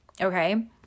okay